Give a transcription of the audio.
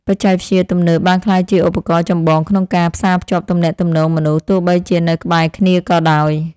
បច្ចេកវិទ្យាទំនើបបានក្លាយជាឧបករណ៍ចម្បងក្នុងការផ្សារភ្ជាប់ទំនាក់ទំនងមនុស្សទោះបីជានៅក្បែរគ្នាក៏ដោយ។